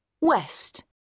West